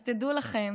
אז תדעו לכם